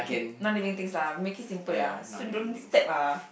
non living things lah make it simple lah so don't step ah